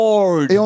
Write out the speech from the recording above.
Lord